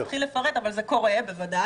לא אתחיל לפרט, אבל זה קורה, בוודאי.